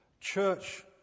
church